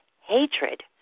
hatred